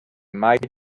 might